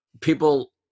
people